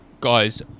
guys